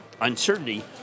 uncertainty